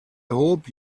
hope